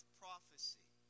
prophecy